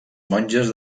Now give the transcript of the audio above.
monges